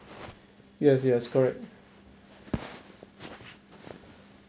yes yes correct